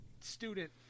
student